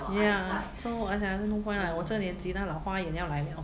ya so 我想 then no point lah 我这个年纪那个老花眼要来 liao